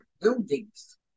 buildings